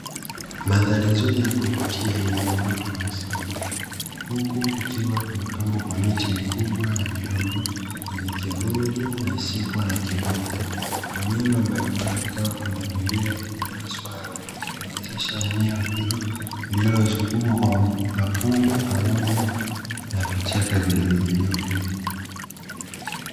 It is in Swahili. Mandhari nzuri ya kuvutia, yenye uoto wa asili, huku ukiwa ukiwa umepambwa kwa mti mkubwa na midogo